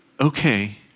okay